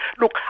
Look